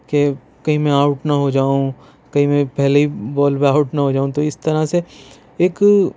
کہ کہیں میں آوٹ نہ ہو جاؤں کہیں میں پہلے ہی بول پہ آوٹ نہ جاؤں تو اِس طرح سے اِک